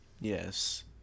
Yes